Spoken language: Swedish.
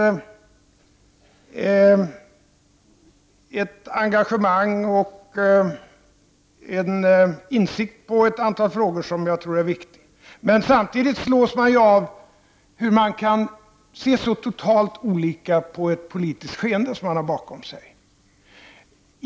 Det fanns engagemang och en insikt när det gäller ett antal frågor som vi tror är viktiga. Men samtidigt slås jag av hur man kan se så totalt olika på ett politiskt skeende som ligger bakom.